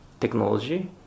technology